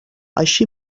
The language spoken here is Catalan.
així